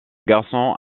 garçon